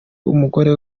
umugore